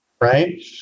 right